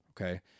okay